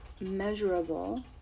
measurable